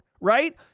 right